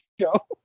show